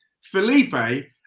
Felipe